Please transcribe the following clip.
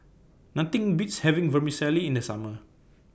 Nothing Beats having Vermicelli in The Summer